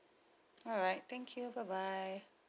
alright thank you bye bye